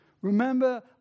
Remember